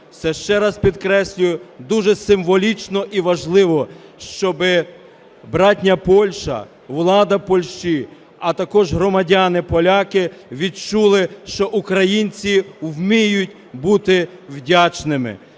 Це, ще раз підкреслюю, дуже символічно і важливо, щоби братня Польща, влада Польщі, а також громадяни поляки відчули, що українці вміють бути вдячними.